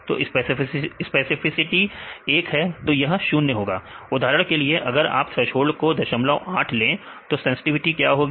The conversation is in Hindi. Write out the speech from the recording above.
तो स्पेसिफिसिटी 1 है तो यह 0 होगा उदाहरण के लिए अगर आप थ्रेसोल्ड को 08 ले तो सेंसटिविटी क्या होगी